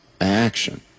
action